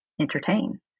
entertain